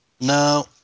No